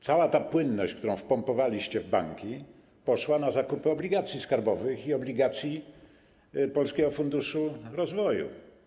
Cała ta płynność, którą wpompowaliście w banki, poszła na zakupy obligacji skarbowych i obligacji Polskiego Funduszu Rozwoju.